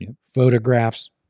Photographs